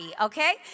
Okay